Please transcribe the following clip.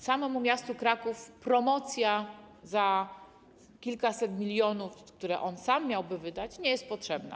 Samemu miastu Kraków promocja za kilkaset milionów, które ono samo miałoby wydać, nie jest potrzebna.